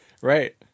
Right